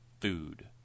food